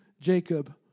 Jacob